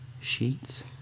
sheets